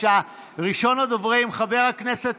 ראשון הדוברים, חבר הכנסת